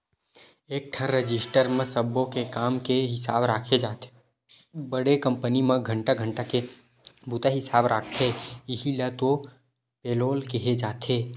एकठन रजिस्टर म सब्बो के काम के हिसाब राखे जाथे बड़े कंपनी म घंटा घंटा के बूता हिसाब राखथे इहीं ल तो पेलोल केहे जाथे